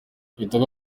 kitoko